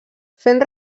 fent